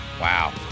Wow